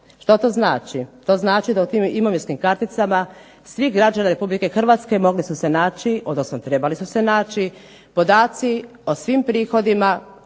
Što to znači? To znači da u tim imovinskim karticama svih građana RH mogli su se naći, odnosno trebali su se naći, podaci o svim prihodima,